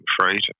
afraid